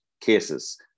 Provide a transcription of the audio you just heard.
cases